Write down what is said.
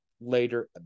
later